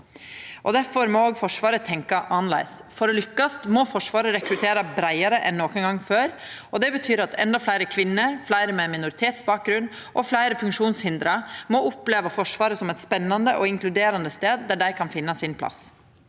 Difor må òg Forsvaret tenkja annleis. For å lukkast må Forsvaret rekruttera breiare enn nokon gong før. Det betyr at endå fleire kvinner, fleire med minoritetsbakgrunn og fleire funksjonshindra må oppleva Forsvaret som ein spennande og inkluderande stad der dei kan finna sin plass.